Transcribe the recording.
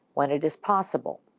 when it is possible.